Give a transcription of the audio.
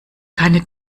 keine